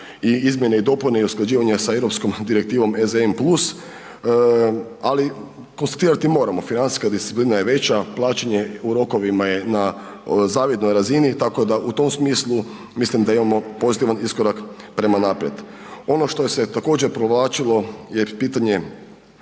i izmjene i dopune i usklađivanja sa Europskom direktivom ECN+, ali konstatirati moramo, financijska disciplina je veća, plaćanje u rokovima je na zavidnoj razini tako da u tom smislu mislim da imamo pozitivan iskorak prema naprijed. Ono što je se također provlačilo je pitanje